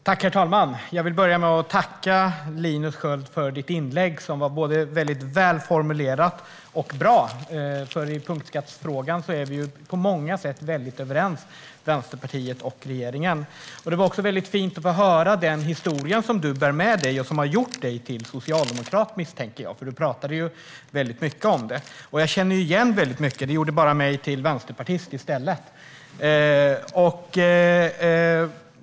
Herr talman! Jag vill börja med att tacka dig, Linus Sköld, för ditt inlägg som var både mycket välformulerat och bra. I punktskattefrågan är Vänsterpartiet och regeringen på många sätt överens. Det var också fint att få höra den historia som du bär med dig och som har gjort dig till socialdemokrat, misstänker jag. Du talade nämligen mycket om det. Jag känner igen mycket av det. Men det gjorde mig till vänsterpartist i stället.